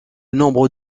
nombre